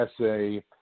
essay